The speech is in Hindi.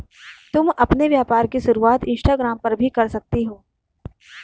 तुम अपने व्यापार की शुरुआत इंस्टाग्राम पर भी कर सकती हो